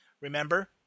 Remember